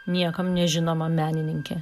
niekam nežinoma menininkė